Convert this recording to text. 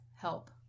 help